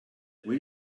will